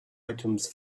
items